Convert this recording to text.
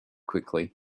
quickly